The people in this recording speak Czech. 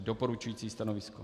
Doporučující stanovisko.